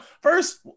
First